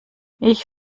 ich